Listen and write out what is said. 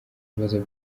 bibazo